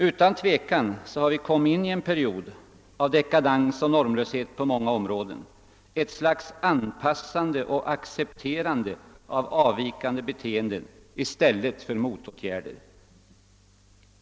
Vi har utan tvivel kommit in i en period av dekadans och normlöshet på många områden, ett slags anpassning till och accepterande av avvikande beteenden i stället för motåtgärder.